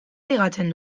ligatzen